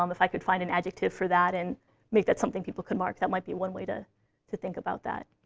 um if i could find an adjective for that and make that something people could mark, that might be one way to to think about that.